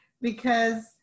because-